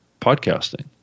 podcasting